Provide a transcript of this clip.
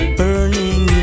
burning